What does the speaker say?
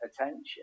attention